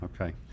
Okay